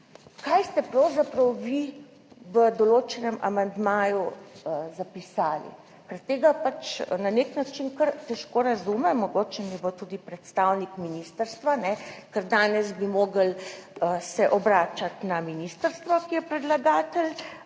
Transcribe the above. kaj ste pravzaprav vi v določenem amandmaju zapisali, ker tega pač na nek način kar težko razumem, mogoče mi bo tudi predstavnik ministrstva, ker danes bi mogli se obračati na ministrstvo, ki je predlagatelj